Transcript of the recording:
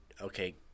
Okay